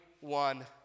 one